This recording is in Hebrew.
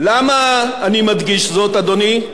למה אני מדגיש זאת, אדוני?